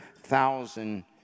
thousand